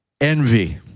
Envy